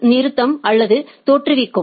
ஸை நிறுத்தும் அல்லது தோற்றுவிக்கும்